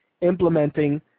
implementing